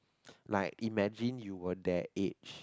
like imagine you were their age